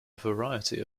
variety